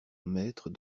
maître